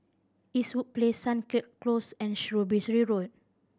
Eastwood Place Sunset Close and Shrewsbury Road